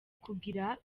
kugira